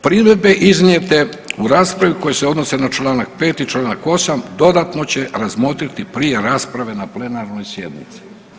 Primjedbe iznijete u raspravi koje se odnose na čl. 5. i čl. 8. dodatno će razmotriti prije rasprave na plenarnoj sjednici.